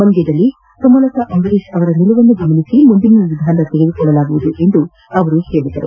ಮಂಡ್ಯದಲ್ಲಿ ಸುಮಲತಾ ಅಂಬರೀಷ್ ಅವರ ನಿಲುವನ್ನು ಗಮನಿಸಿ ಮುಂದಿನ ನಿರ್ಧಾರ ತೆಗೆದುಕೊಳ್ಳಲಾಗುವುದು ಎಂದು ಹೇಳಿದರು